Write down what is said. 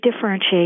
differentiate